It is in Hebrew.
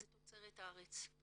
זה תוצרת הארץ".